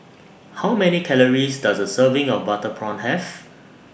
How Many Calories Does A Serving of Butter Prawn Have